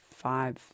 five